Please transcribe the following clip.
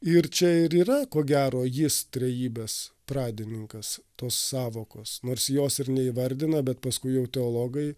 ir čia ir yra ko gero jis trejybės pradininkas tos sąvokos nors jos ir neįvardina bet paskui jau teologai